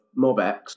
MobX